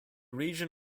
region